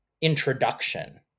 introduction